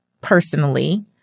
personally